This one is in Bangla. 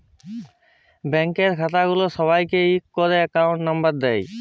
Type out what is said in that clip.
ব্যাংকের খাতা খুল্ল্যে সবাইকে ইক ক্যরে একউন্ট লম্বর দেয়